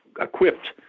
equipped